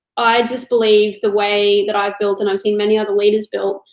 i just believe the way that i've built, and i've seen many other leaders built,